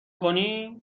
کنی